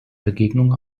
begegnung